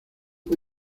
fue